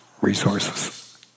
resources